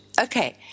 Okay